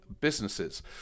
businesses